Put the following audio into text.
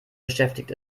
beschäftigt